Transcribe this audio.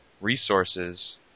resources